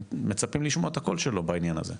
מצפים לשמוע את הקול שלו בעניין הזה,